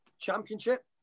championship